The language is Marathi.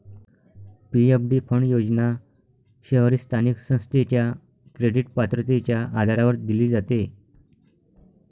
पी.एफ.डी फंड योजना शहरी स्थानिक संस्थेच्या क्रेडिट पात्रतेच्या आधारावर दिली जाते